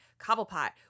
Cobblepot